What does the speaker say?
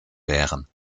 wären